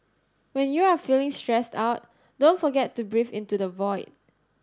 when you are feeling stressed out don't forget to breathe into the void